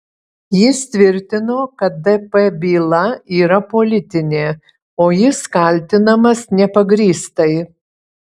jis tvirtino kad dp byla yra politinė o jis kaltinamas nepagrįstai